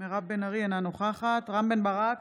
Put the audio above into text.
אינה נוכחת רם בן ברק,